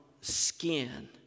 skin